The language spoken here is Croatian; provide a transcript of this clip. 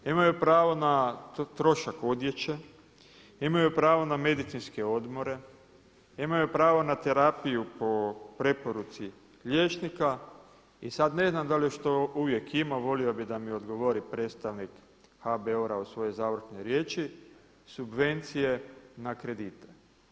Imaju pravo na trošak odjeće, imaju pravo na medicinske odmore, imaju pravo na terapiju po preporuci liječnika i sad ne znam da li još to uvijek ima, volio bih da mi odgovori predstavnik HBOR-a u svojoj završnoj riječi subvencije na kredite.